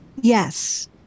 yes